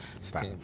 Stop